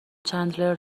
چندلر